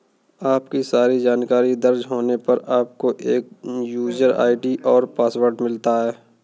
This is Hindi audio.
आपकी सारी जानकारी दर्ज होने पर, आपको एक यूजर आई.डी और पासवर्ड मिलता है